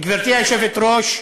גברתי היושבת-ראש,